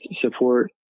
support